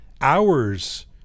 Hours